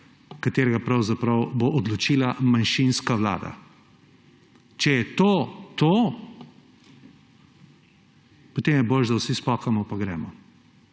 katerega bo odločila manjšinska vlada. Če je to to, potem je bolje, da vsi spokamo in gremo,